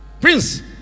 Prince